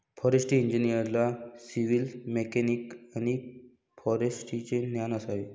forestry इंजिनिअरला civil, mechanical आणि फॉरेस्ट्रीचे ज्ञान असावे